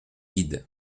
guident